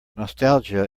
nostalgia